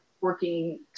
working